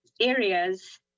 areas